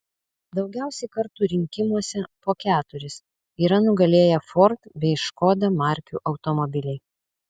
daugiausiai kartų rinkimuose po keturis yra nugalėję ford bei škoda markių automobiliai